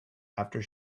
after